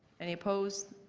any opposed?